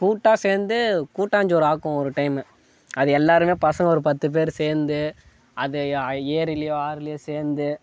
கூட்டாக சேர்ந்து கூட்டாஞ்சோறு ஆக்குவோம் ஒரு டைமு அது எல்லோருமே பசங்கள் ஒரு பத்து பேர் சேர்ந்து அதை ஏரிலேயோ ஆறுலேயோ சேர்ந்து